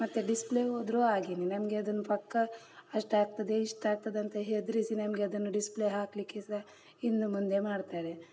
ಮತ್ತು ಡಿಸ್ಪ್ಲೇ ಹೋದ್ರು ಹಾಗೆಯೇ ನಮಗೆ ಅದನ್ನು ಪಕ್ಕ ಅಷ್ಟಾಗ್ತದೆ ಇಷ್ಟಾಗ್ತದೆ ಅಂತ ಹೆದ್ರಿಸಿ ನಮಗೆ ಅದನ್ನು ಡಿಸ್ಪ್ಲೇ ಹಾಕಲಿಕ್ಕೆ ಸಹ ಹಿಂದು ಮುಂದೆ ಮಾಡ್ತಾರೆ